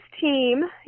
team